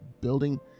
building